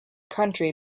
country